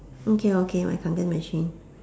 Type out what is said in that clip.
okay okay my kangen machine